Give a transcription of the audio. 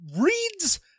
reads